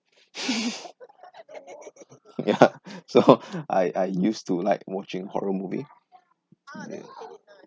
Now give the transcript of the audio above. ya so I I used to like watching horror movie